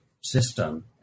system